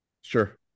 sure